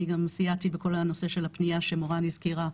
בנוסף, אני סייעתי בכל נושא הפנייה, שמורן הזכירה,